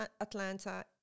Atlanta